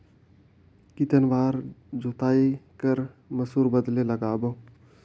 कितन बार जोताई कर के मसूर बदले लगाबो?